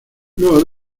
luego